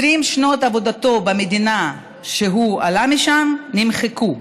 20 שנות עבודתו במדינה שממנה הוא עלה, נמחקו.